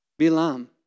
Bilam